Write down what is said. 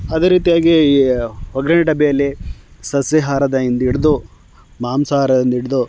ಅದೇ ರೀತಿಯಾಗಿ ಈ ಒಗ್ಗರಣೆ ಡಬ್ಬಿಯಲ್ಲಿ ಸಸ್ಯಾಹಾರದಿಂದ ಹಿಡ್ದು ಮಾಂಸಾಹಾರದಿಂದ ಹಿಡ್ದು